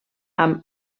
amb